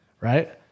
right